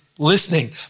listening